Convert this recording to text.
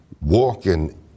walking